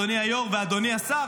אדוני היושב-ראש,